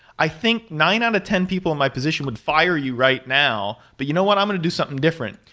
i think nine out of ten people in my position would fire you right now. but you know what? i'm going to do something different.